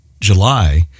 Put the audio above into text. July